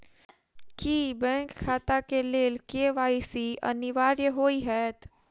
की bank खाता केँ लेल के.वाई.सी अनिवार्य होइ हएत?